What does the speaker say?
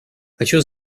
хочу